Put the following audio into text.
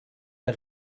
der